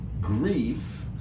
grief